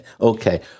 Okay